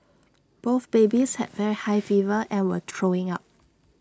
both babies had very high fever and were throwing up